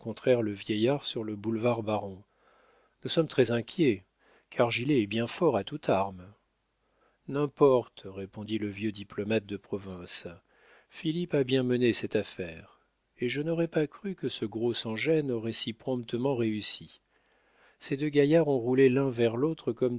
le vieillard sur le boulevard baron nous sommes très inquiets car gilet est bien fort à toute arme n'importe répondit le vieux diplomate de province philippe a bien mené cette affaire et je n'aurais pas cru que ce gros sans-gêne aurait si promptement réussi ces deux gaillards ont roulé l'un vers l'autre